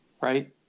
right